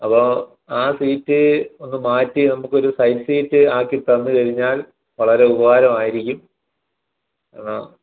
അപ്പോൾ ആ സീറ്റ് ഒന്ന് മാറ്റി നമുക്കൊരു സൈഡ് സീറ്റ് ആക്കി തന്നുകഴിഞ്ഞാൽ വളരെ ഉപകാരമായിരിക്കും എന്നാൽ